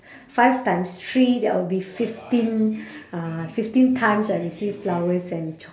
five times three that will be fifteen uh fifteen times I received flowers and choc~